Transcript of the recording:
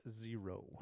zero